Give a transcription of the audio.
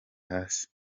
hasi